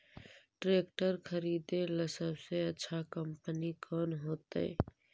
Tractor खरीदेला सबसे अच्छा कंपनी कौन होतई?